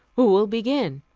who will begin?